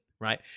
Right